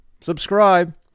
Subscribe